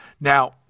Now